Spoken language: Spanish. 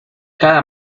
cada